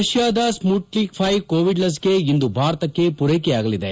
ರಷ್ಠಾದ Sputnik V Covid ಲಸಿಕೆ ಇಂದು ಭಾರತಕ್ಕೆ ಪೂರೈಕೆಯಾಗಲಿದೆ